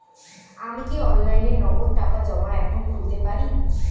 আমি কি অনলাইনে নগদ টাকা জমা এখন খুলতে পারি?